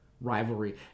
rivalry